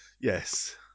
yes